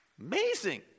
amazing